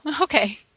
okay